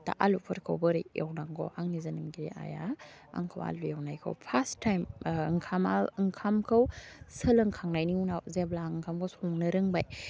दा आलुफोरखौ बोरै एवनांगौ आंनि जेनाखि आइआ आंखौ आलु एवनायखौ फास्ट टाइम ओंखामा ओंखामखौ सोलोंखांनायनि उनाव जेब्ला ओंखामखौ संनो रोंबाय